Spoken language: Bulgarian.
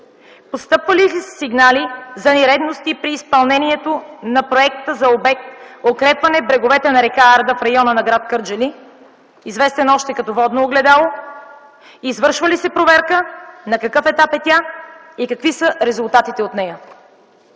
Постъпвали ли са сигнали за нередности при изпълнението на проекта за обект „Укрепване на бреговете на р. Арда в района на гр. Кърджали”, известен още като „Водно огледало”? Извършва ли се проверка, на какъв етап е тя и какви са резултатите от нея?